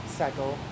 cycle